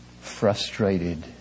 frustrated